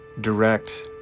direct